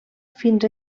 fins